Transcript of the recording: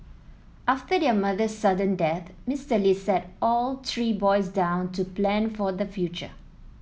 after their mother's sudden death Mister Li sat all three boys down to plan for the future